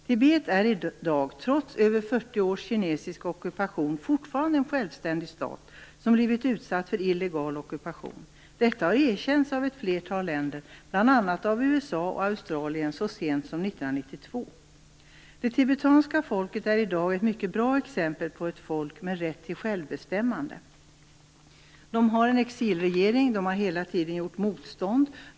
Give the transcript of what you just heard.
Tibet är i dag, trots över 40 års kinesisk ockupation, fortfarande en självständig stat som blivit utsatt för illegal ockupation. Detta har erkänts av ett flertal länder, bl.a. av USA och Australien så sent som 1992. Det tibetanska folket är i dag ett mycket bra exempel på ett folk med rätt till självbestämmande. Det har en exilregering. Det har hela tiden gjort motstånd.